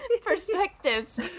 perspectives